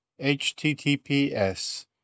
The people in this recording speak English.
https